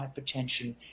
hypertension